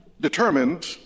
determined